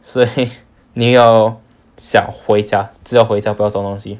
所以你要想回家只要回家不要做东西